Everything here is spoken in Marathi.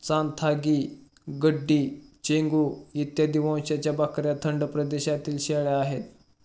चांथागी, गड्डी, चेंगू इत्यादी वंशाच्या बकऱ्या थंड प्रदेशातील शेळ्या आहेत